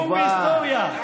שיעור בהיסטוריה.